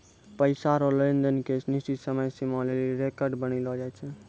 पैसा रो लेन देन के निश्चित समय सीमा लेली रेकर्ड बनैलो जाय छै